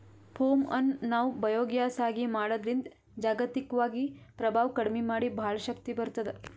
ಪೋಮ್ ಅನ್ನ್ ನಾವ್ ಬಯೋಗ್ಯಾಸ್ ಆಗಿ ಮಾಡದ್ರಿನ್ದ್ ಜಾಗತಿಕ್ವಾಗಿ ಪ್ರಭಾವ್ ಕಡಿಮಿ ಮಾಡಿ ಭಾಳ್ ಶಕ್ತಿ ಬರ್ತ್ತದ